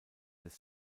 des